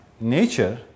nature